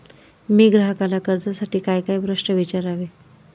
मी ग्राहकाला कर्जासाठी कायकाय प्रश्न विचारावे?